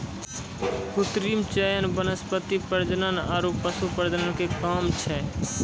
कृत्रिम चयन वनस्पति प्रजनन आरु पशु प्रजनन के काम छै